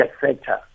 sector